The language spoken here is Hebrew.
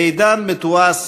בעידן מתועש,